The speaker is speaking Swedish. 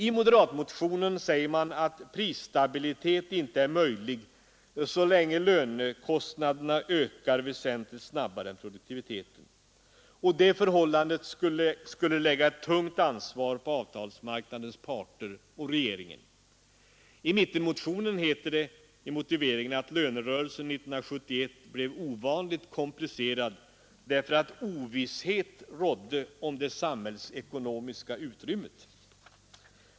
I moderatmotionen säger man att prisstabilitet inte är möjlig, så länge lönekostnaderna ökar väsentligt snabbare än produktiviteten, och det förhållandet skulle lägga ett tungt ansvar på avtalsmarknadens parter och på regeringen. I mittenmotionen heter det i motiveringen att lönerörelsen 1971 blev ovanligt komplicerad, därför att ovisshet rådde om det samhällsekonomiska utrymmet.